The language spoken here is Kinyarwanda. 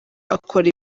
akora